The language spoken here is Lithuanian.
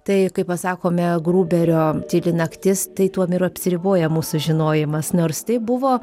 tai kai pasakome gruberio tyli naktis tai tuom ir apsiriboja mūsų žinojimas nors tai buvo